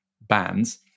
bands